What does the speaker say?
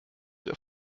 der